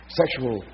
sexual